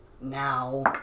Now